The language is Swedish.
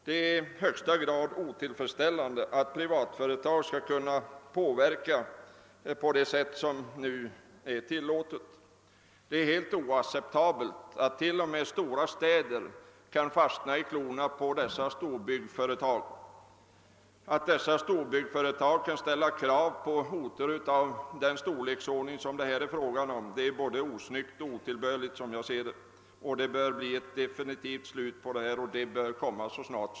Det är i högsta grad otillfredsställande att privatföretag skall kunna agera på det sätt som nu är tilllåtet, och det är helt oacceptabelt att t.o.m. stora städer kan fastnai klorna på vissa storbyggföretag samt att dessa företag skall kunna ställa krav på det sätt som nu sker. Det är både osnyggt och otillbörligt. Det bör snarast möjligt sättas definitivt stopp för det.